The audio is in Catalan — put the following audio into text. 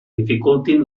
dificultin